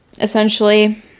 essentially